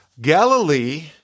Galilee—